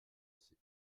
sait